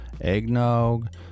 eggnog